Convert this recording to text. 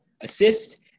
assist